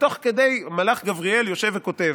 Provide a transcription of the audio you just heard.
ותוך כדי מלאך גבריאל יושב וכותב,